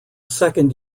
second